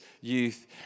youth